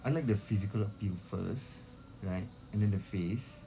I like the physical appeal first right and then the face